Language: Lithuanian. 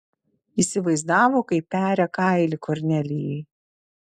įsivaizdavo kaip peria kailį kornelijai